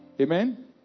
Amen